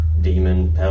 demon